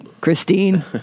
Christine